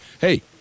Hey